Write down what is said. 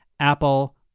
Apple